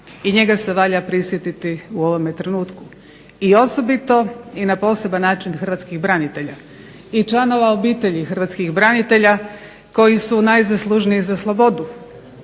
I njega se valja prisjetiti u ovome trenutku. I osobito i na poseban način hrvatskih branitelja i članova obitelji hrvatskih branitelja koji su najzaslužniji za slobodu.